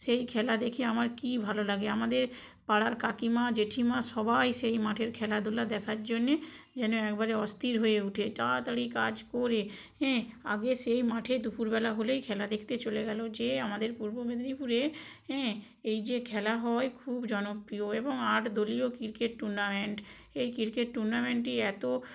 সেই খেলা দেখে আমার কী ভালো লাগে আমাদের পাড়ার কাকিমা জেঠিমা সবাই সেই মাঠের খেলাধুলা দেখার জন্যে যেন একবারে অস্থির হয়ে উঠে তাড়াতাড়ি কাজ করে হ্যাঁ আগে সেই মাঠে দুপুরবেলা হলেই খেলা দেখতে চলে গেল যেয়ে আমাদের পূর্ব মেদিনীপুরে হ্যাঁ এই যে খেলা হয় খুব জনপ্রিয় এবং আটদলীয় ক্রিকেট টুর্নামেন্ট এই ক্রিকেট টুর্নামেন্টই এত